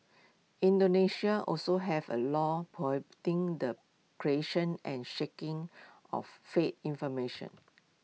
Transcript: Indonesia also has A law prohibiting the creation and shaking of fake information